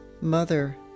Mother